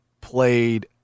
played